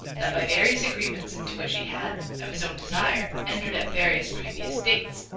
that by various agreements into which he had, of his own desire, entered at various previous dates,